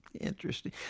Interesting